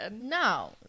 No